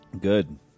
Good